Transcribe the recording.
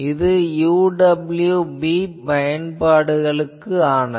இது UWB பயன்பாடுகளுக்கானது